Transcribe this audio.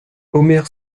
omer